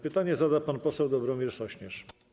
Pytanie zada pan poseł Dobromir Sośnierz.